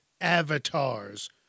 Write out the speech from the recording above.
avatars